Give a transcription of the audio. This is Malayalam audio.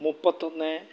മുപ്പത്തിയൊന്ന്